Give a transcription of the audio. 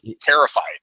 terrified